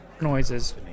noises